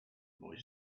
boy